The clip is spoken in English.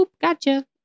gotcha